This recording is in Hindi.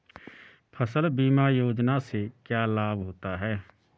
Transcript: फसल बीमा योजना से क्या लाभ होता है?